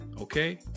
okay